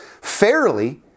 fairly